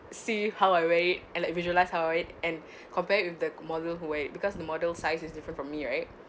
see how I wear it and like visualise how are it and compared with the model who wear because the model size is different from me right